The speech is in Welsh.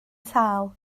sâl